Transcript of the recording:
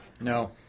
No